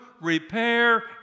repair